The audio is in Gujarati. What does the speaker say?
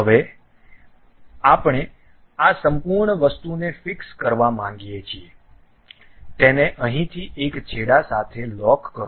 હવે અમે આ સંપૂર્ણ વસ્તુને ફીક્સ કરવા માંગીએ છીએ તેને અહીંથી એક છેડા સાથે લોક કરો